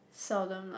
seldom lah